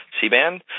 C-band